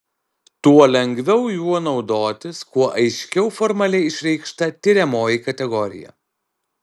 tuo lengviau juo naudotis kuo aiškiau formaliai išreikšta tiriamoji kategorija